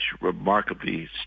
remarkably